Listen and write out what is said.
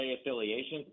affiliations